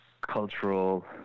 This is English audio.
cultural